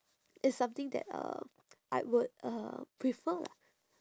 it's something that um I would uh prefer lah